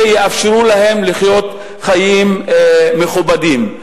שיאפשרו להם לחיות חיים מכובדים.